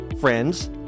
friends